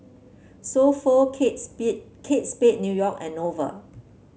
So Pho Kate Speed Kate Spade New York and Nova